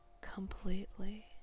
completely